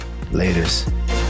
Laters